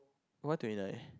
why twenty nine